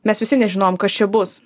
mes visi nežinojom kas čia bus